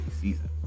season